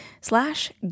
slash